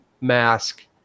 mask